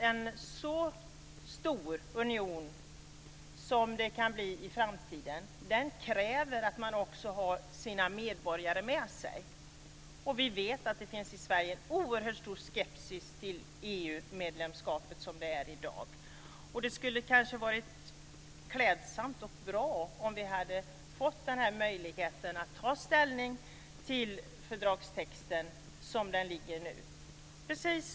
En så stor union som det kan bli i framtiden kräver att man har sina medborgare med sig. Vi vet också att det i Sverige finns en oerhört stor skepsis mot EU-medlemskapet som det är i dag. Det skulle ha varit klädsamt om man hade gett oss möjligheten att få ta ställning till fördragstexten som den nu föreligger.